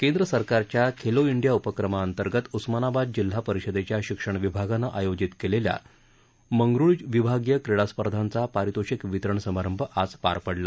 केंद्र सरकारच्या खेलो इंडिया उपक्रमाअंतर्गत उस्मानाबाद जिल्हा परिषदेच्या शिक्षण विभागानं आयोजित केलेल्या मंगरुळ विभागीय क्रीडा स्पर्धांचा पारितोषिक वितरण समारंभ आज पार पडला